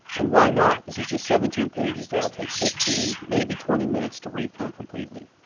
and why not? this is just seventeen pages that'll take fifteen, maybe twenty minutes to read through completely.